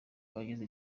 wageze